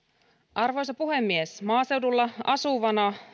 arvoisa puhemies maaseudulla asuvana